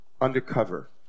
undercover